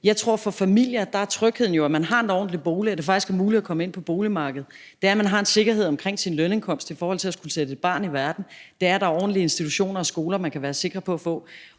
jeg, at for familier er tryghed, at man har en ordentlig bolig, og at det faktisk er muligt at komme ind på boligmarkedet; at man har en sikkerhed omkring sin lønindkomst i forhold til at skulle sætte et barn i verden; at der er ordentlige institutioner og skoler, man kan være sikker på at få.